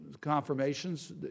confirmations